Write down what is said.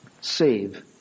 save